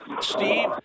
Steve